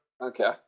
Okay